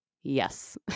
yes